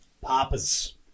papas